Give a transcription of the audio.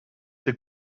ses